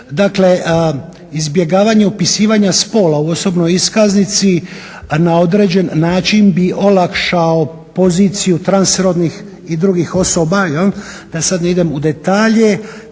Dakle, izbjegavanje opisivanja spola u osobnoj iskaznici na određen način bi olakšao poziciju transrodnih i drugih osoba da sad ne idem u detalje